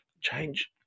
change